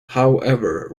however